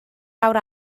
awr